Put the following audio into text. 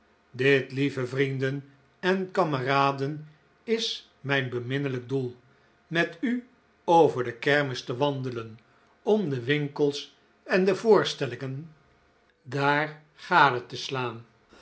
dit lieve vrienden en kameraden is mijn beminnelijk doel met u over de kermis te wandelen om de winkels en de voorstellingen daar gade te slaan